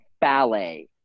ballet